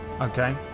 Okay